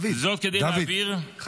זאת כדי להבהיר כי